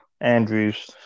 Andrews